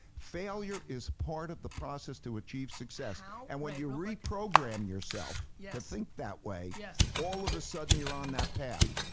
failure is part of the process to achieve success and when you reprogram yourself yeah to think that way yeah all of a sudden you're on that path.